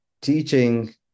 teaching